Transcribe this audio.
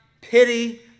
pity